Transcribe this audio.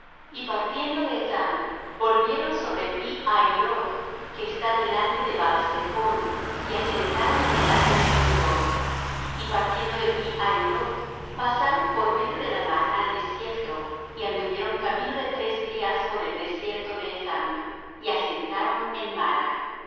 y partiendo de etham volvieron sobre pi hahiroth que está delante de baalsephon y asentaron delante de migdol y partiendo de pi hahiroth pasaron por medio de la mar al desierto y anduvieron camino de tres días por el desierto de etham y asentaron en mara